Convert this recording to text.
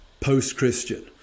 post-Christian